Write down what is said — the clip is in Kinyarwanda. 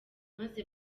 maze